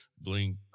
Blink